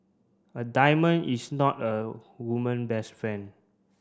a diamond is not a woman best friend